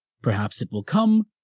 perhaps it will come,